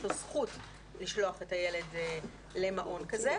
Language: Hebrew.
יש לו זכות לשלוח את הילד למעון כזה,